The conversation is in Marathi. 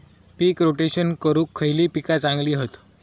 पीक रोटेशन करूक खयली पीका चांगली हत?